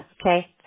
okay